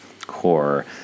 core